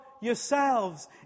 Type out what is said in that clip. yourselves